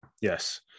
yes